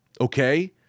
okay